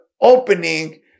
opening